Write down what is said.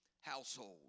household